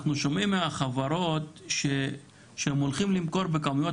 אנחנו שומעים מהחברות שהן הולכות למכור בכמויות